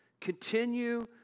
Continue